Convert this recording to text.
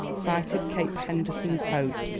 sighted cape henderson's hope,